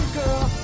girl